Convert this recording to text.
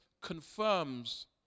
confirms